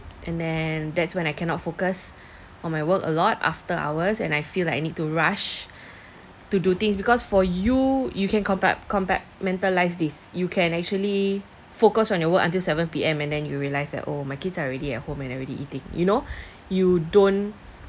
and then that's when I cannot focus on my work a lot after hours and I feel like I need to rush to do things because for you you can compart~ compartmentalise this you can actually focus on your work until seven P_M and then you realise that oh my kids are already at home and already eating you know you don't